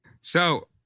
So-